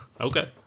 okay